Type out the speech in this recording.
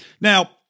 Now